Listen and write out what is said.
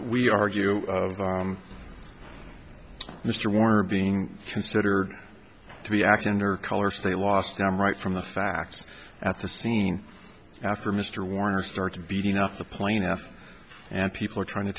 we argue mr warner being considered to be acting under colors they lost them right from the facts at the scene after mr warner starts beating up the plaintiff and people are trying to